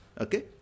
Okay